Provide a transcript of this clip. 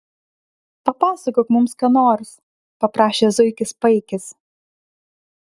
papasakok mums ką nors paprašė zuikis paikis